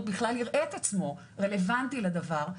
בכלל יראה את עצמו רלוונטי לדבר.